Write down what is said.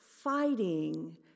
fighting